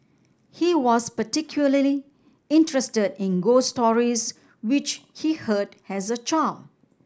he was particularly interested in ghost stories which he heard as a child